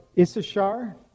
Issachar